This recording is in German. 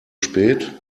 spät